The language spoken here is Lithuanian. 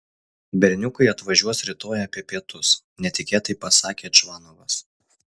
berniukai atvažiuos rytoj apie pietus netikėtai pasakė čvanovas